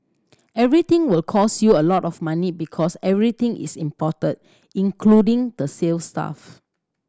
everything will cost you a lot of money because everything is imported including the sales staff